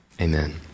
amen